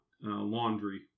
laundry